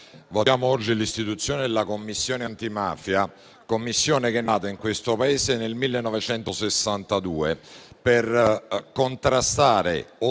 votiamo oggi l'istituzione della Commissione antimafia, che è nata in questo Paese nel 1962 per contrastare,